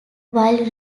while